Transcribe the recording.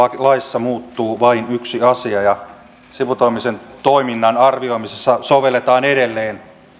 laissa muuttuu vain yksi asia ja sivutoimisen toiminnan arvioimisessa sovelletaan edelleen